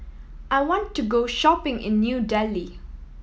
I want to go shopping in New Delhi